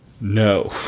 no